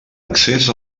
accés